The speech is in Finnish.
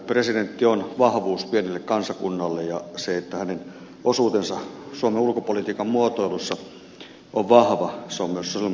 presidentti on vahvuus pienelle kansakunnalle ja se että hänen osuutensa suomen ulkopolitiikan muotoilussa on vahva on myös sosialidemokraattien tavoite